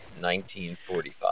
1945